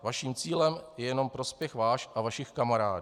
Vaším cílem je jenom prospěch váš a vašich kamarádů.